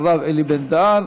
הרב אלי בן-דהן.